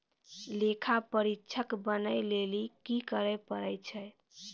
लेखा परीक्षक बनै लेली कि करै पड़ै छै?